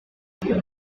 iri